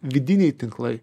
vidiniai tinklai